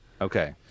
Okay